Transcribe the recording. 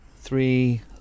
three